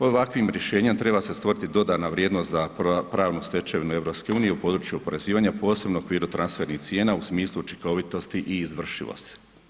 Ovakvim rješenjem treba se stvoriti dodana vrijednost za pravnu stečevinu EU u području oporezivanja posebno u okviru transfernih cijena u smislu učinkovitosti i izvršivosti.